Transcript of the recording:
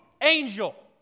angel